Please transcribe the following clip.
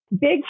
Big